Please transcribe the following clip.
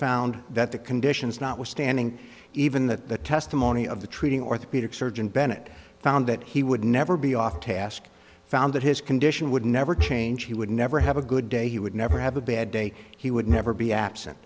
found that the conditions notwithstanding even that testimony of the treating orthopedic surgeon bennett found that he would never be off task found that his condition would never change he would never have a good day he would never have a bad day he would never be absent